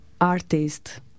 artist